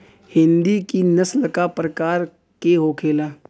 हिंदी की नस्ल का प्रकार के होखे ला?